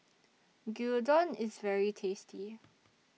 Gyudon IS very tasty